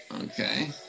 Okay